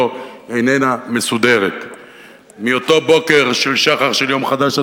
איננה מסודרת מאותו בוקר של שחר של יום חדש,